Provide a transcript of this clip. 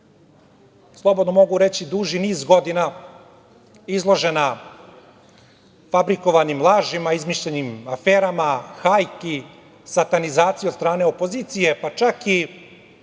slobodno mogu reći, duži niz godina izložena fabrikovanim lažima, izmišljenim aferama, hajki, satanizaciji od strane opozicije, pa čak i